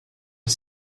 est